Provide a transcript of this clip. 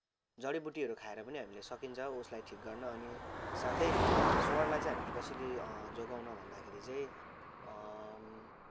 जडीबुटीहरू खाएर पनि हामीले सकिन्छ उसलाई ठिक गर्न अनि साथै स्वरलाई चाहिँ हामीले कसरी जोगाउन भन्दाखेरि चाहिँ